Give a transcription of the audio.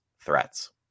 threats